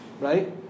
Right